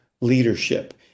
leadership